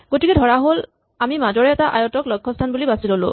গতিকে ধৰাহ'ল আমি মাজৰে এটা আয়তক লক্ষস্হান বুলি বাচি ল'লো